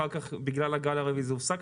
אחר כך בגלל הגל הרביעי הוא הופסק.